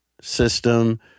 system